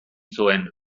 zuen